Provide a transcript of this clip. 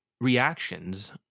reactions